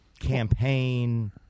campaign